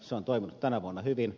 se on toiminut tänä vuonna hyvin